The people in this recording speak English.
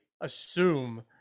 assume